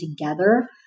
together